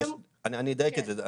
רגע, אני אדייק את זה.